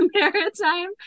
Maritime